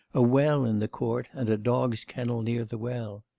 a well in the court and a dog's kennel near the well.